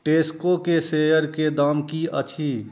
टेस्कोके शेयरके दाम की अछि